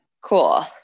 cool